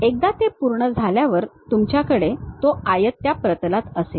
एकदा ते पूर्ण झाल्यावर तुमच्याकडे तो आयत त्या प्रतलात असेल